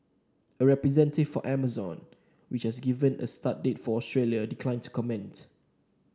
a representative for Amazon which has never given a start date for Australia declined to comment